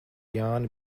jāni